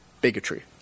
bigotry